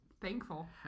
thankful